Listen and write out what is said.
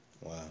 Wow